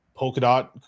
Polkadot